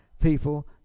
people